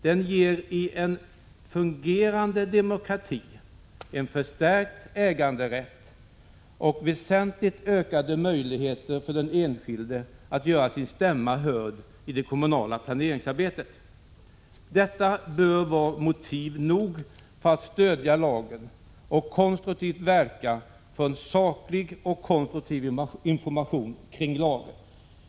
Den ger i en fungerande demokrati en förstärkt äganderätt och väsentligt ökade möjligheter för den enskilde att göra sin stämma hörd i det kommunala planeringsarbetet. Detta bör vara motiv nog för att stödja lagen och verka för en saklig och konstruktiv information kring lagen.